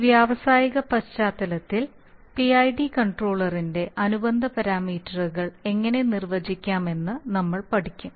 ഒരു വ്യാവസായിക പശ്ചാത്തലത്തിൽ PID കൺട്രോള ഇൻറെ അനുബന്ധ പാരാമീറ്ററുകൾ എങ്ങനെ നിർവചിക്കാമെന്ന് നമ്മൾ പഠിക്കും